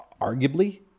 arguably